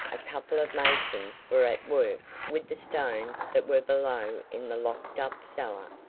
a couple of masons were at work with the stones that were below in the locked-up cellar,